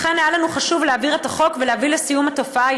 לכן היה לנו חשוב להעביר את החוק ולהביא לסיום התופעה,